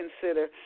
consider